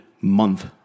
month